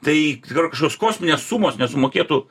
tai yra kažkokios kosminės sumos nesumokėtų